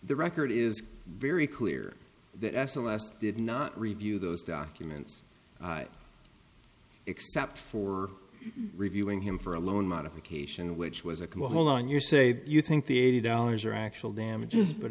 the record is very clear that as a last did not review those documents except for reviewing him for a loan modification which was a hold on you say you think the eighty dollars are actual damages but